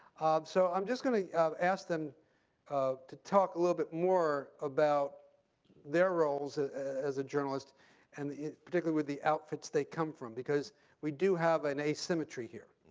so i'm just going to ask them um to talk a little bit more about their roles as a journalist and particularly with the outfits they come from. because we do have an asymmetry here.